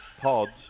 Pods